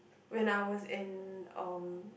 when I was in um